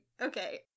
Okay